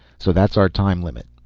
so that's our time limit.